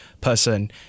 person